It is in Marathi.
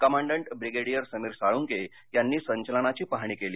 कमांडट ब्रिगेडीयर समीर साळुंके यांनी संचलनाची पाहणी केली